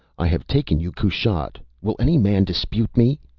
i have taken you kushat. will any man dispute me?